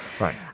Right